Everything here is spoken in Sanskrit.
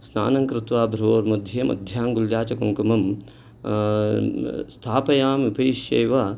स्नानङ्कृत्वा भ्रोर्मध्ये मध्याङ्गुल्या च कुङ्कुमं स्थापयाम् अपि शेव